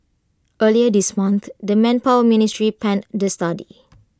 earlier this month the manpower ministry panned the study